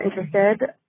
interested